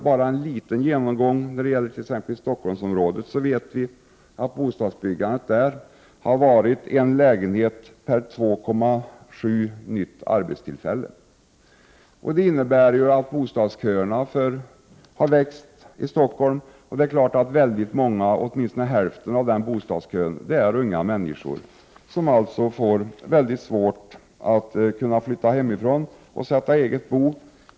I Stockholmsområdet t.ex., vet vi att bostadsbyggandet har uppgått till en lägenhet per 2,7 nytt arbetstillfälle. Det innebär att bostadsköerna i Stockholm har växt, och åtminstone hälften av dem som står i kö är unga människor. Det gör att det blir svårt för dem att flytta hemifrån och sätta eget bo.